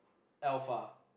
alpha